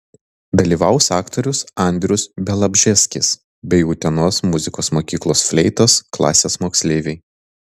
dalyvaus aktorius andrius bialobžeskis bei utenos muzikos mokyklos fleitos klasės moksleiviai